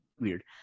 weird